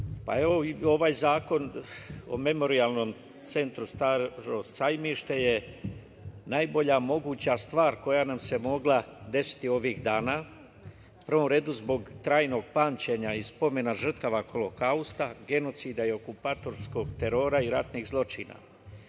ovaj Zakon o Memorijalnom centru „Staro sajmište“ je najbolja moguća stvar koja nam se mogla desiti ovih dana, u prvom redu zbog trajnog pamćenja i spomena žrtava Holokausta, genocida i okupatorskog terora i ratnih